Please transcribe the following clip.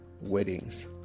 weddings